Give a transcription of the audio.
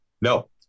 No